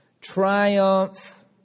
triumph